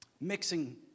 mixing